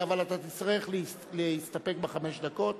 אבל אתה תצטרך להסתפק בחמש דקות.